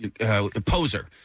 poser